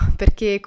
perché